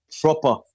proper